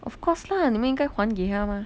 of course lah 你们应该还给他 mah